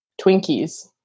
Twinkies